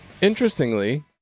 Interestingly